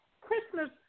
Christmas